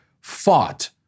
fought